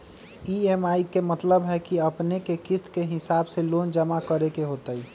EMI के मतलब है कि अपने के किस्त के हिसाब से लोन जमा करे के होतेई?